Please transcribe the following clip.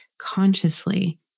consciously